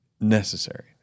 necessary